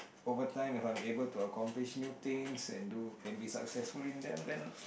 over time if I'm able to accomplish new things and do and be successful in them then